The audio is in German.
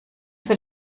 für